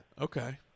Okay